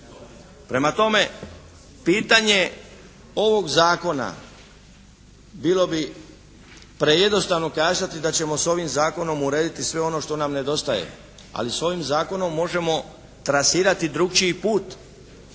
Prema tome pitanje ovog zakona, bilo bi prejednostavno kazati da ćemo s ovim zakonom urediti sve ono što nam nedostaje. Ali s ovim zakonom možemo trasirati drukčiji put.